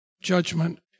judgment